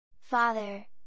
Father